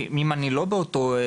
אם אני לא באזור,